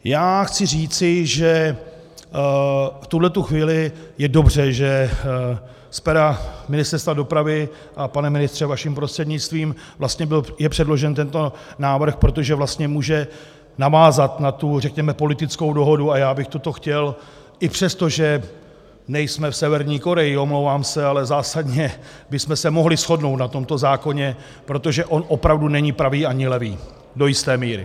Já chci říci, že v tuhle chvíli je dobře, že z pera Ministerstva dopravy, a pane ministře, vaším prostřednictvím, vlastně je předložen tento návrh, protože vlastně může navázat na tu řekněme politickou dohodu, a já bych tuto chtěl, přestože nejsme v Severní Koreji, omlouvám se, ale zásadně bychom se mohli shodnout na tomto zákoně, protože on opravdu není pravý ani levý, do jisté míry.